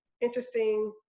interesting